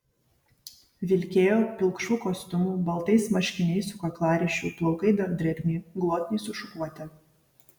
vilkėjo pilkšvu kostiumu baltais marškiniais su kaklaryšiu plaukai dar drėgni glotniai sušukuoti